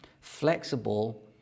flexible